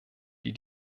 die